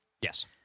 Yes